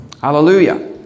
Hallelujah